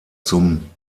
zum